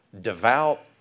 devout